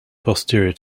posterior